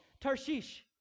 Tarshish